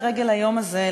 לרגל היום הזה,